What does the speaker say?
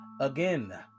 Again